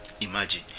imagine